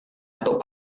untuk